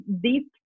deep